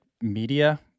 media